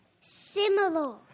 Similar